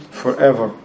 forever